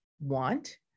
want